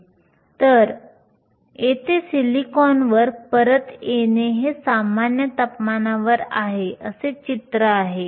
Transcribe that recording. तर येथे सिलिकॉनवर परत येऊ हे सामान्य तपमानावर असे चित्र आहे